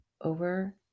over